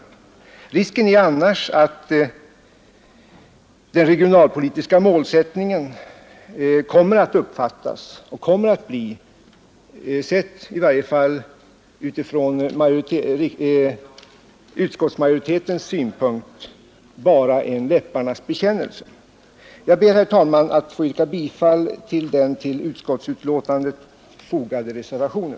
Risken är annars att den regionalpolitiska målsättningen kommer att uppfattas — i varje fall från utskottsmajoritetens synpunkt — bara som en läpparnas bekännelse. Jag ber, herr talman, att få yrka bifall till den till utskottets betänkande fogade reservationen.